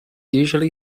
usually